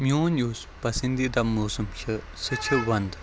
میون یُس پَسنٛدیٖدہ موسم چھِ سُہ چھِ ونٛدٕ